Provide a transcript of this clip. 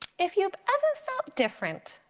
if you've ever felt different,